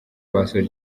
basoje